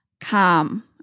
calm